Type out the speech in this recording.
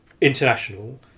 international